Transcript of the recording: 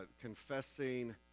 confessing